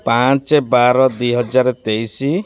ପାଞ୍ଚ ବାର ଦୁଇ ହଜାର ତେଇଶି